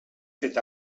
fet